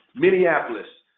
minneapolis,